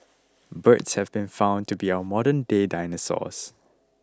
birds have been found to be our modernday dinosaurs